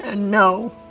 and no,